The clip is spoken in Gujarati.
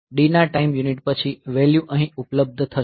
D ના ટાઈમ યુનિટ પછી વેલ્યુ અહીં ઉપલબ્ધ થશે